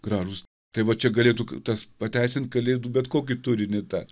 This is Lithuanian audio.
gražūs tai va čia galėtų tas pateisint kalėdų bet kokį turinį tą